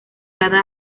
cada